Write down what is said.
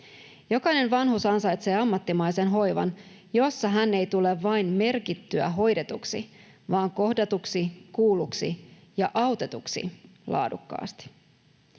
Jokainen vanhus ansaitsee ammattimaisen hoivan, jossa hän ei tule vain merkittyä hoidetuksi vaan kohdatuksi, kuulluksi ja autetuksi laadukkaasti.